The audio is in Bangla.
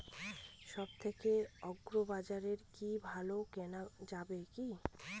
সব থেকে আগ্রিবাজারে কি ভালো কেনা যাবে কি?